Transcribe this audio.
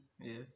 yes